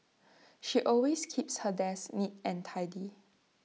she always keeps her desk neat and tidy